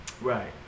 Right